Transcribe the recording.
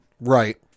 Right